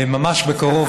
ממש בקרוב,